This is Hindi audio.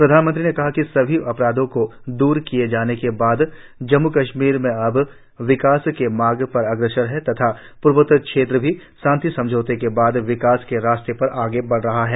प्रधानमंत्री ने कहा कि सभी अवरोधों को दूर किए जाने के बाद जम्मू कश्मीर अब विकास के मार्ग पर अग्रसर है तथा पूर्वोत्तर क्षेत्र भी शांति समझौते के बाद विकास के रास्ते पर आगे बढ रहा है